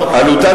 עלותן